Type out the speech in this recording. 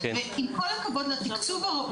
עם כל הכבוד לתקצוב,